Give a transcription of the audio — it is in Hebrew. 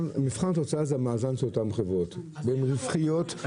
מבחן התוצאה זה המאזן של אותן חברות, והן רווחיות